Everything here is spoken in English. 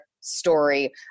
story